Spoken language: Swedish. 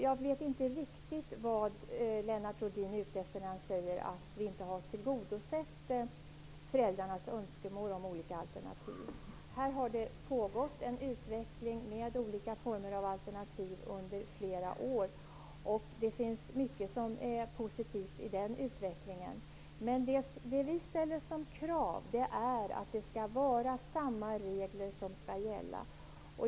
Jag vet därför inte riktigt vad Lennart Rohdin är ute efter när han säger att vi inte har tillgodosett föräldrarnas önskemål om olika alternativ. Det har pågått en utveckling med olika former av alternativ under flera år. Det finns mycket som är positivt i den utvecklingen. Det vi ställer som krav är att samma regler skall gälla.